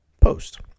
post